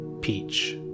peach